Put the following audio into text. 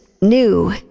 new